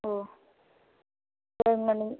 ஓ சரிங்ணா நீங்